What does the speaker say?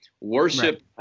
Worship